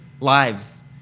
lives